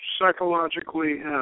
psychologically